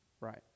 Right